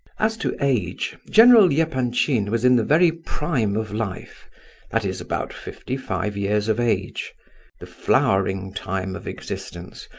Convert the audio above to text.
as to age, general yeah epanchin was in the very prime of life that is, about fifty-five years of age the flowering time of existence,